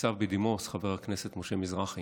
ניצב בדימוס חבר הכנסת משה מזרחי,